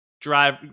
drive